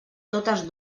totes